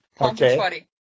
Okay